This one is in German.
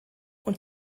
und